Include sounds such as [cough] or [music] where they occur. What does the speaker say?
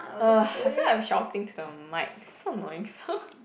!ugh! I feel like I'm shouting to the mic so annoying [laughs]